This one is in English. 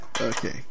Okay